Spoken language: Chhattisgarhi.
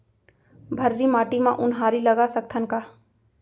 भर्री माटी म उनहारी लगा सकथन का?